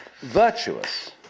virtuous